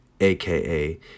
aka